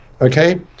okay